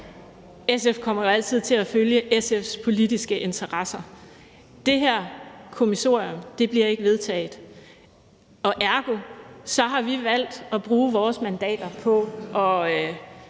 SF kommer jo altid til at følge SF's politiske interesser. Det her kommissorium bliver ikke vedtaget, og ergo har vi valgt at bruge vores mandater på at